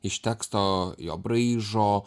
iš teksto jo braižo